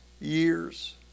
years